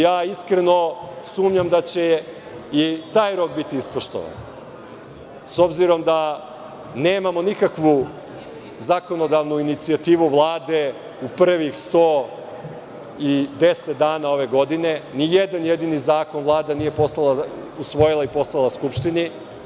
Ja iskreno sumnjam da će i taj rok biti ispoštovan, s obzirom da nemamo nikakvu zakonodavnu inicijativu Vlade u prvih 110 dana ove godine, ni jedan jedini zakona Vlada nije usvojila i poslala Skupštini.